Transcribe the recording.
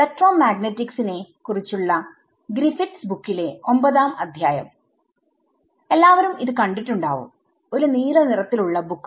ഇലക്ട്രോഡൈനാമിക്സ്നെ കുറിച്ചുള്ള ഗ്രിഫിത്സ് ബുക്കിലെ Griffiths bookഒമ്പതാം അധ്യായം എല്ലാവരും ഇത് കണ്ടിട്ടുണ്ടാവും ഒരു നീല നിറത്തിലുള്ള ബുക്ക്